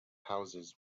houses